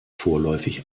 vorläufig